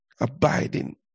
abiding